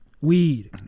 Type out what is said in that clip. Weed